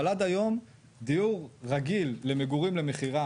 אבל עד היום דיור רגיל למגורים למכירה